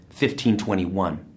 1521